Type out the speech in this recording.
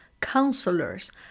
counselors